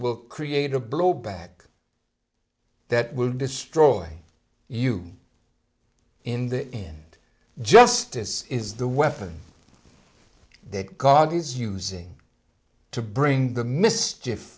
will create a blowback that will destroy you in the end justice is the weapon that god is using to bring the mis